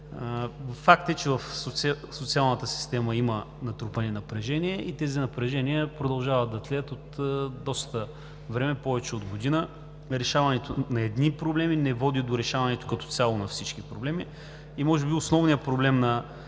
Факт е, че в социалната система има натрупани напрежения и тези напрежения продължават да тлеят от доста време – повече от година. Решаването на едни проблеми не води до решаването като цяло на всички проблеми. Може би основният проблем в